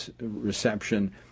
reception